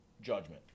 Judgment